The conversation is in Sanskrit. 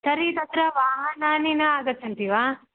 तर्हि तत्र वाहनानि न आगच्छन्ति वा